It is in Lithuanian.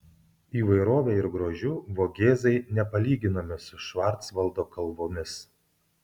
įvairove ir grožiu vogėzai nepalyginami su švarcvaldo kalvomis